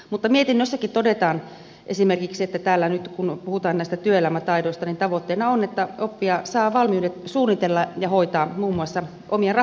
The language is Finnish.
mutta mietinnössäkin todetaan esimerkiksi kun täällä nyt puhutaan näistä työelämätaidoista että tavoitteena on että oppija saa valmiudet suunnitella ja hoitaa muun muassa omia raha asioitaan